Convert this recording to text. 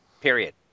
Period